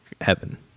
heaven